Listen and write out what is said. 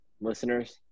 listeners